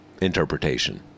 interpretation